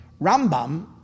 Rambam